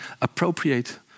appropriate